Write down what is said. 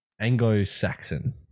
Anglo-Saxon